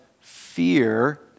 fear